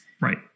right